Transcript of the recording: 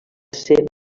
ser